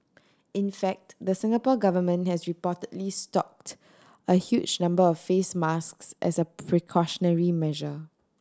in fact the Singapore Government has reportedly stocked a huge number of face masks as a precautionary measure